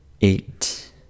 eight